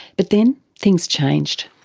but then things changed.